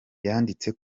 yanditse